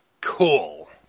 Cool